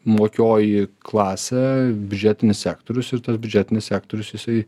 mokioji klasė biudžetinis sektorius ir tas biudžetinis sektorius jisai